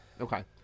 Okay